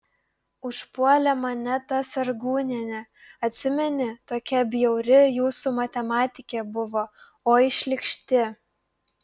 užpuolė mane ta sargūnienė atsimeni tokia bjauri jūsų matematikė buvo oi šlykšti